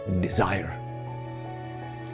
desire